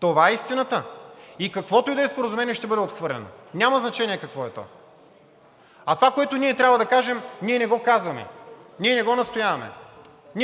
Това е истината! И каквото и да е споразумение ще бъде отхвърлено, няма значение какво е то, а това, което ние трябва да кажем, ние не го казваме, ние не го настояваме.